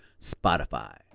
Spotify